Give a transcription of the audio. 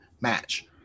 match